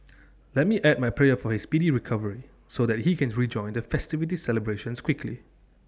let me add my prayer for his speedy recovery so that he can rejoin the festivity celebrations quickly